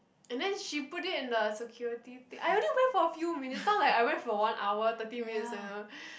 and then she put it in the security thing I only went for a few minutes not like I went for one hour thirty minutes you know